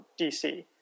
DC